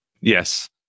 Yes